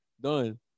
done